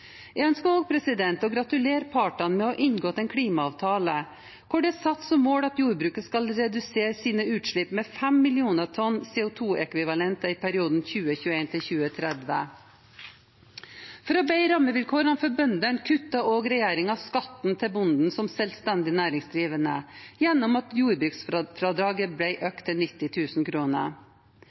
Jeg ønsker også å gratulere partene med å ha inngått en klimaavtale, hvor det er satt som mål at jordbruket skal redusere sine utslipp med 5 millioner tonn CO 2 -ekvivalenter i perioden 2021–2030. For å bedre rammevilkårene for bøndene kuttet også regjeringen skattene til bonden som selvstendig næringsdrivende gjennom at jordbruksfradraget ble økt til